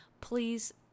Please